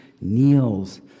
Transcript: kneels